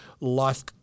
life-